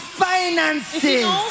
finances